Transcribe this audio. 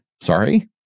Sorry